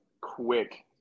quick